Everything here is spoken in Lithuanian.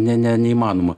ne ne neįmanoma